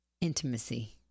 intimacy